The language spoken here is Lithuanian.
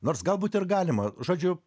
nors galbūt ir galima žodžiu